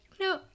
no